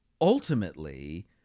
ultimately